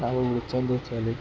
അപ്പോൾ വിളിച്ചത് എന്താണ് വെച്ചാൽ